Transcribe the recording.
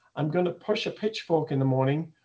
i'm going to push a pitchfork. in the morning,